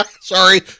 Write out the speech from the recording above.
Sorry